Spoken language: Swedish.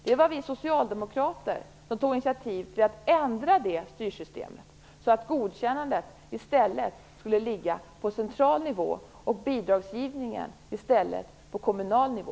Det var vi socialdemokrater som tog initiativ till att ändra det styrsystemet så att i stället godkännandet skulle ligga på central nivå och bidragsgivningen på kommunal nivå.